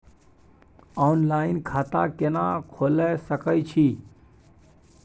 Online खाता केना खोले सकै छी?